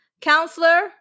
counselor